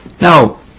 Now